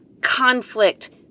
conflict